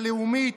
הלאומית,